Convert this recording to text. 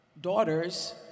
daughters